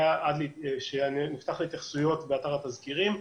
שנפתח להתייחסויות באתר התזכירים,